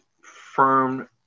firm